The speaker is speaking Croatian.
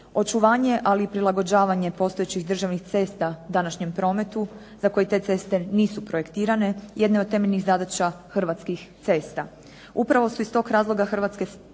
Očuvanje ali i prilagođavanje postojećih državnih cesta današnjem prometu za koji te ceste nisu projektirane jedna je od temeljnih zadaća Hrvatskih cesta. Upravo su iz tog razloga Hrvatske ceste